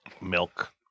milk